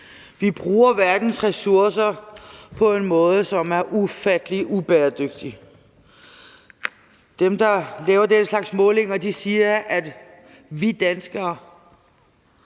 Vi bruger verdens ressourcer på en måde, som er ufattelig ubæredygtig. De, der laver den slags målinger, siger, at hvis resten